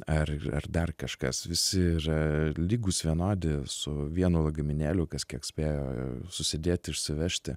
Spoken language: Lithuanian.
ar ar dar kažkas visi yra lygūs vienodi su vienu lagaminėliu kas kiek spėjo susidėti išsivežti